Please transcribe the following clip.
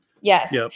Yes